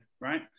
right